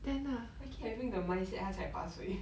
I keep having the mindset 他才八岁